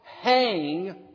hang